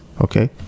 okay